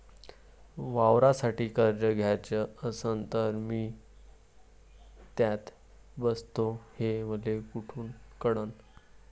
वावरासाठी कर्ज घ्याचं असन तर मी त्यात बसतो हे मले कुठ कळन?